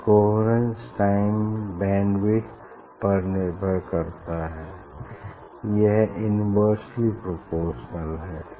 यह coherence time bandwidth पर निर्भर करता है यह इन्वेर्स्ली प्रोपोरशनल है